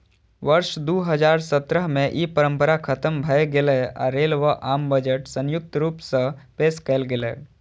वर्ष दू हजार सत्रह मे ई परंपरा खतम भए गेलै आ रेल व आम बजट संयुक्त रूप सं पेश कैल गेलै